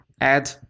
Add